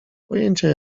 pojęcia